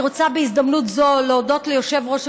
אני רוצה בהזדמנות זו להודות ליושב-ראש